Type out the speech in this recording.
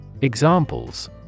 Examples